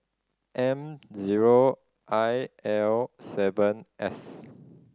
M zero I L seven S